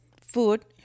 food